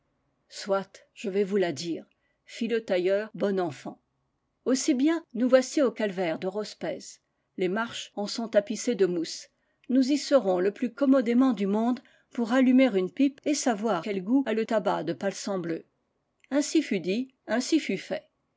soit je vais vous la dire fit le tailleur bon enfant aussi bien nous voici au calvaire de rospez les marches en sont tapissées de mousse nous y serons le plus com modément du monde pour allumer une pipe et savoir quel goût a le tabac de palsambleu ainsi fut dit ainsi fut fait